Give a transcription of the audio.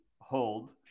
hold